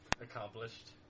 accomplished